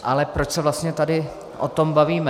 Ale proč se vlastně tady o tom bavíme?